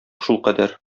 шулкадәр